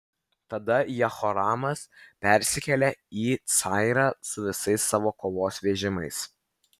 tada jehoramas persikėlė į cayrą su visais savo kovos vežimais